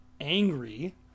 angry